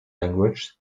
language